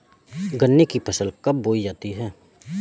गन्ने की फसल कब बोई जाती है?